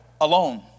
alone